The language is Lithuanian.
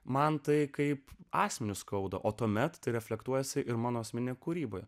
man tai kaip asmeniu skauda o tuomet reflektuoja ir mano asmeninė kūryba